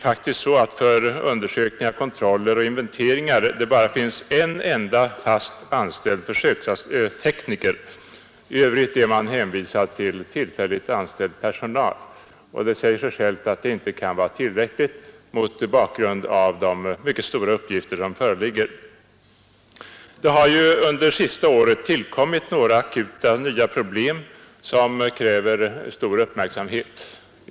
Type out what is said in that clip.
För undersökningar, kontroller och inventeringar finns faktiskt bara en enda fast anställd försökstekniker. I övrigt är man hänvisad till tillfälligt anställd personal, och det säger sig självt att det inte kan vara tillräckligt — mot bakgrund av de mycket stora uppgifter som föreligger. Under det senaste året har tillkommit några akuta nya problem som kräver stor uppmärksamhet.